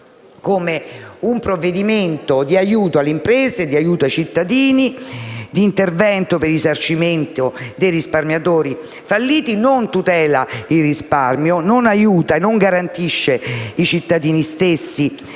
come un provvedimento di aiuto alle imprese, ai cittadini e per il risarcimento dei risparmiatori falliti, non tutela il risparmio, non aiuta e non garantisce i cittadini stessi